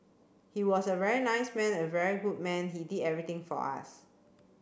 he was a very nice man a very good man he did everything for us